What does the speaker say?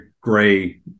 gray